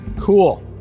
cool